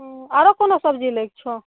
हूँ आरो कोनो सबजी लै कऽ छओ